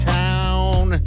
town